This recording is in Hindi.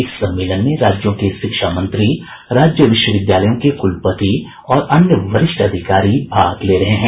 इस सम्मेलन में राज्यों के शिक्षा मंत्री राज्य विश्वविद्यालयों के कुलपति और अन्य वरिष्ठ अधिकारी भाग ले रहे हैं